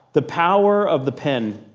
the power of the pen.